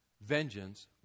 vengeance